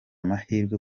mahirwe